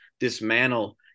Dismantle